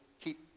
keep